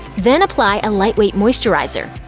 then apply a lightweight moisturizer.